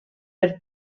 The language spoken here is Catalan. per